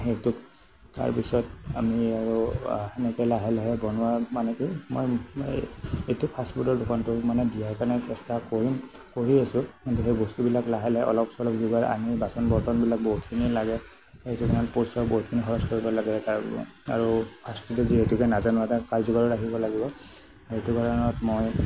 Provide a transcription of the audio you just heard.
সেইটোক তাৰপিছত আমি আৰু সেনেকৈ লাহে লাহে বনোৱা মানে কি মই মই এইটো ফাষ্টফুডৰ দোকানটো মানে দিয়াৰ কাৰণে চেষ্টা কৰিম কৰি আছোঁ কিন্তু সেই বস্তুবিলাক লাহে লাহে অলপ চলপ যোগাৰ আনি বাচন বৰ্তনবিলাক বহুতখিনি লাগে সেইটো কাৰণত পইচা বহুতখিনি খৰচ কৰিব লাগে আৰু আৰু ফাষ্টফুড যিহেতুকে নাজানোঁ এটা কাজিৰো ৰাখিব লাগিব সেইটো কাৰণত মই